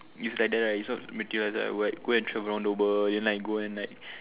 it's like that right so materialised I will like go and travel around the world and like go and like